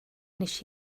nes